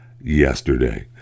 yesterday